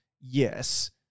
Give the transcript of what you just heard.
yes